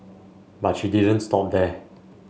but she didn't stop there